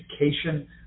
education